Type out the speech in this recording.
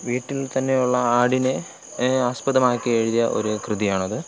വീട്ടിൽ തന്നെ ഉള്ള ആടിനെ ആസ്പദമാക്കി എഴുതിയ ഒരു കൃതിയാണത്